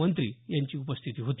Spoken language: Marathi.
मंत्री यांची उपस्थित होती